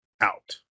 out